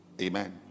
Amen